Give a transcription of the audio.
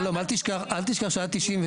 אל תשכח שעד '92